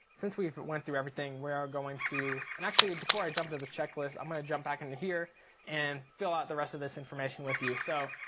since we've went through everything we are going to, and actually before i jump into the checklist, i'm gonna jump back into there and fill out the rest of this information with you. so,